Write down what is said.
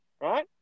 right